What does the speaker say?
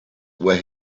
where